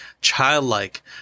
childlike